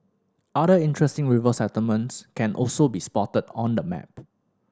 other interesting river settlements can also be spotted on the map